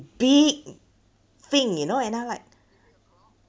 big thing you know and I like